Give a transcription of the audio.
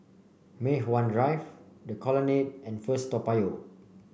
Mei Hwan Drive The Colonnade and First Toa Payoh